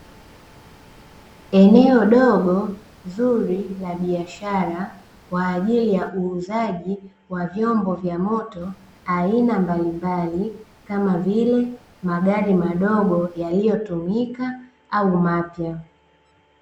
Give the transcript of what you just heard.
Eneo dogo zuri la biashara, kwa ajili ya uuzaji wa vyombo vya moto aina mbalimbali kama vile, magari madogo yaliyotumika au mapya.